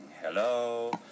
hello